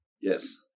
yes